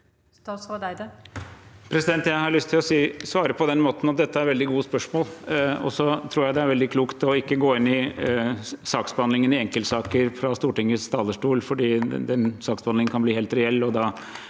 Jeg har lyst til å svare på den måten at dette er veldig gode spørsmål. Så tror jeg det er veldig klokt ikke å gå inn i saksbehandlingen i enkeltsaker fra Stortingets talerstol, for den saksbehandlingen kan bli helt reell,